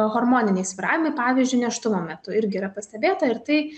hormoniniai svyravimai pavyzdžiui nėštumo metu irgi yra pastebėta ir tai